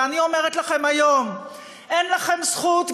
ואני אומרת לכם היום: אין לכם זכות,